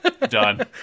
Done